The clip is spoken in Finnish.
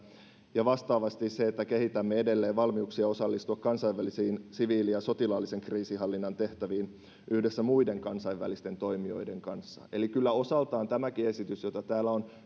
ja vastaavasti kehitämme edelleen valmiuksia osallistua kansainvälisiin siviili ja sotilaallisen kriisinhallinnan tehtäviin yhdessä muiden kansainvälisten toimijoiden kanssa eli kyllä osaltaan tämäkin esitys joka täällä on